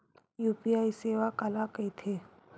UPI सेवा काला कइथे?